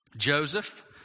Joseph